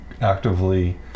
actively